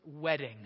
wedding